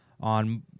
on